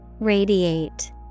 Radiate